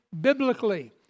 biblically